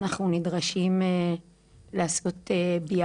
שאנחנו נדרשים לעשות ביחד.